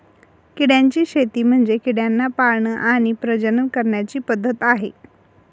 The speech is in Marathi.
किड्यांची शेती म्हणजे किड्यांना पाळण आणि प्रजनन करण्याची पद्धत आहे